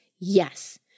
Yes